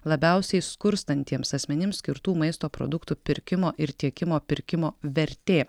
labiausiai skurstantiems asmenims skirtų maisto produktų pirkimo ir tiekimo pirkimo vertė